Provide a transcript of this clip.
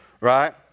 Right